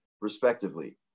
respectively